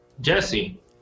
Jesse